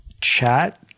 chat